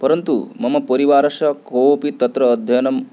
परन्तु मम परिवारस्य कोऽपि तत्र अध्ययनं